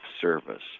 service